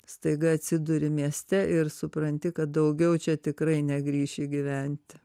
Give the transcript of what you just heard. staiga atsiduri mieste ir supranti kad daugiau čia tikrai negrįši gyventi